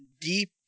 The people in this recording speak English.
deep